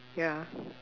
ya